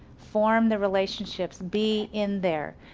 form the relationships, be in there.